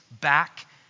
back